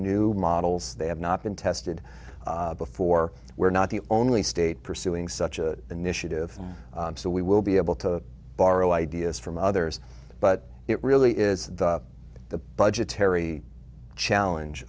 new models they have not been tested before we're not the only state pursuing such a initiative so we will be able to borrow ideas from others but it really is the budgetary challenge